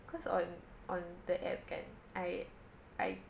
cause on on the app kan I I